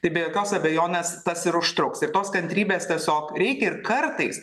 tai be jokios abejonės tas ir užtruks ir tos kantrybės tiesiog reikia ir kartais